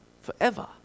forever